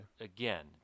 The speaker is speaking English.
Again